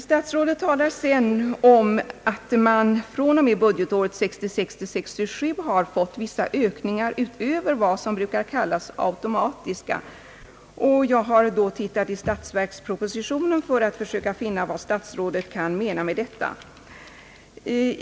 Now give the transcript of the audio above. Statsrådet talar om att man från och med budgetåret 1966/67 har fått vissa ökningar utöver vad som brukar kallas automatiska. Jag har letat i statsverkspropositionen för att försöka finna vad statsrådet kan mena med detta.